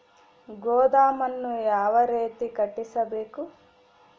ಗೋದಾಮನ್ನು ಯಾವ ರೇತಿ ಕಟ್ಟಿಸಬೇಕು?